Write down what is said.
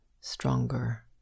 stronger